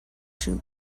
shoot